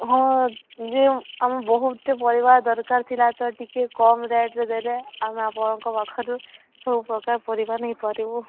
ହଁ ଯେ ଆମ ବହୁତ ପରିବା ଦରକାର ଥିଲା ତ ଟିକେ ଟିକେ କମ ରେଟ୍ରେ ଦେଲେ ଆମେ ଆପଣଙ୍କ ପାଖରେ ସବୁ ପ୍ରକାର ପରିବା ନେଇପାରିବୁ